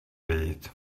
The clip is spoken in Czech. vyjít